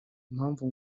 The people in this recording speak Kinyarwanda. impavu